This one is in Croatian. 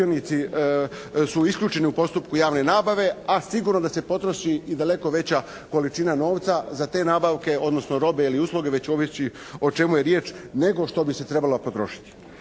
sudionici su isključeni u postupku javne nabave, a sigurno da se potroši i daleko veća količina novca za te nabavke odnosno robe ili usluge, već ovisi o čemu je riječ, nego što bi se trebala potrošiti.